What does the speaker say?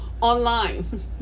online